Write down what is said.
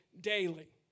daily